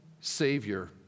Savior